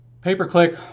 pay-per-click